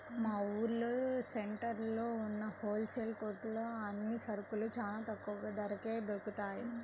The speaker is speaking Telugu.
మా ఊరు సెంటర్లో ఉన్న హోల్ సేల్ కొట్లో అన్ని సరుకులూ చానా తక్కువ ధరకే దొరుకుతయ్